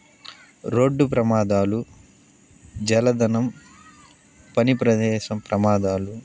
road ప్రమాదాలు జలధనం పని ప్రదేశ ప్రమాదాలు